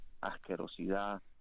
asquerosidad